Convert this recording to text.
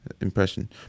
impression